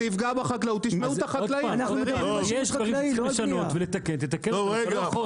יש דברים שצריך לשנות ולתקן, תתקן אותם.